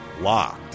Locked